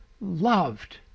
loved